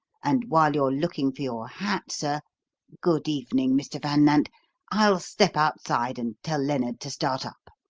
and while you're looking for your hat, sir good evening, mr. van nant i'll step outside and tell lennard to start up.